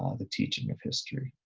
ah the teaching of history.